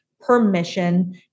permission